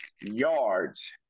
yards